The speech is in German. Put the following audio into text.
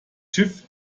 schiff